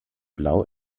blau